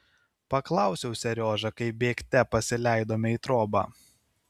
paklausiau seriožą kai bėgte pasileidome į trobą